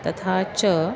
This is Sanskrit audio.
तथा च